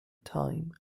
time